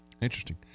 Interesting